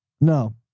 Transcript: No